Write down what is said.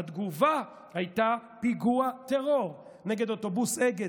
והתגובה הייתה פיגוע טרור נגד אוטובוס אגד